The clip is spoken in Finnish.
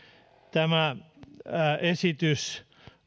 tämä esitys